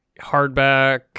Hardback